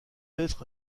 être